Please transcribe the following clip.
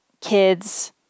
kids